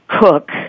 Cook